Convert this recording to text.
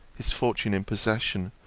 his fortune in possession,